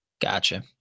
Gotcha